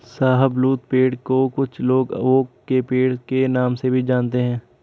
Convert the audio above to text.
शाहबलूत पेड़ को कुछ लोग ओक के पेड़ के नाम से भी जानते है